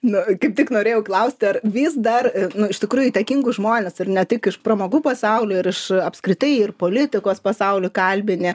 nu kaip tik norėjau klausti ar vis dar nu iš tikrųjų įtakingus žmones ir ne tik iš pramogų pasaulio ir iš apskritai ir politikos pasaulių kalbini